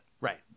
Right